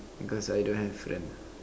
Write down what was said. because I don't have friend lah